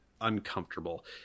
uncomfortable